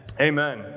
Amen